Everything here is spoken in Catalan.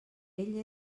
ell